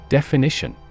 Definition